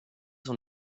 son